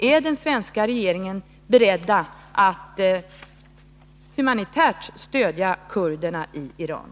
Är den svenska regeringen beredd att humanitärt stödja kurderna i Iran?